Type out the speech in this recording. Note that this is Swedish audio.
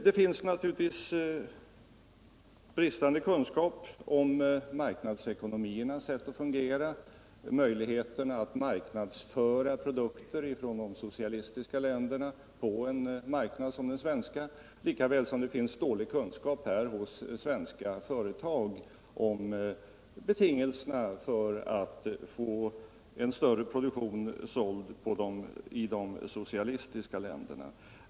Det finns naturligtvis bristande kunskap om marknadsekonomiernas sätt att fungera och möjligheterna att marknadsföra produkter från de socialistiska länderna på en marknad som den svenska, lika väl som det finns dålig kunskap hos svenska företag om betingelserna för att få en större produktion såld i de socialistiska länderna.